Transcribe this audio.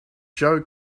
joe